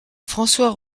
françois